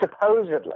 supposedly